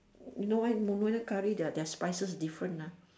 you know why nyonya curry their their spices different ah